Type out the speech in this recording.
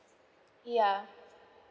ya